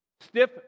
stiff